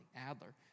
Adler